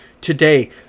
today